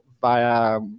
via